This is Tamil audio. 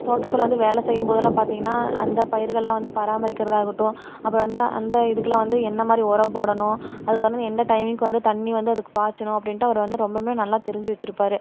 தோட்டத்தில் வந்து வேலை செய்யும் போதுலாம் பார்த்தீங்கன்னா அந்த பயிர்கள்லாம் வந்து பராமரிக்குறதாகட்டும் அப்புறம் வந்து அந்த இதுக்குலாம் வந்து என்னமாதிரி உரம் போடணும் அதுக்கு வந்து எந்த டைமிங்க்கு வந்து தண்ணீர் வந்து அதுக்கு பாய்ச்சணும் அப்படின்ட்டு அவர் வந்து ரொம்பவுமே நல்லா தெரிஞ்சு வச்சிருப்பார்